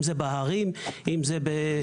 אם זה בהרים, אם זה ביערות.